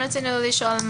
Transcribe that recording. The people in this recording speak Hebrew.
כן רצינו לשאול,